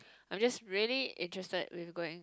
I'm just really interested what is going